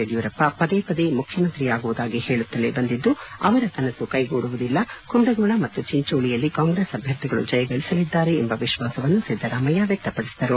ಯಡಿಯೂರಪ್ಪ ಪದೇ ಪದೇ ಮುಖ್ಯಮಂತ್ರಿಯಾಗುವುದಾಗಿ ಹೇಳುತ್ತಲೇ ಬಂದಿದ್ದು ಅವರ ಕನಸು ಕೈಗೂಡುವುದಿಲ್ಲ ಕುಂದಗೋಳ ಮತ್ತು ಚಿಂಚೋಳಿಯಲ್ಲಿ ಕಾಂಗ್ರೆಸ್ ಅಭ್ಯರ್ಥಿಗಳು ಜಯಗಳಿಸಲಿದ್ದಾರೆ ಎಂಬ ವಿಶ್ವಾಸವನ್ನು ಸಿದ್ದರಾಮಯ್ಯ ವ್ಯಕ್ತಪಡಿಸಿದರು